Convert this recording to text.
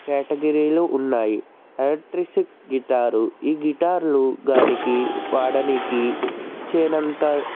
కేటగిరీలు ఉన్నాయి electricity guitar ఈ గిటార్లు దానికి వాడనికి చేనంత